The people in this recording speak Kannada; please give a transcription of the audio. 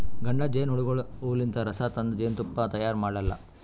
ಗಂಡ ಜೇನಹುಳಗೋಳು ಹೂವಲಿಂತ್ ರಸ ತಂದ್ ಜೇನ್ತುಪ್ಪಾ ತೈಯಾರ್ ಮಾಡಲ್ಲಾ